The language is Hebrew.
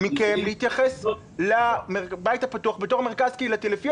מכם להתייחס לבית הפתוח בתור מרכז קהילתי לפי